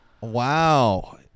Wow